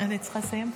אני צריכה לסיים?